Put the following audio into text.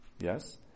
Yes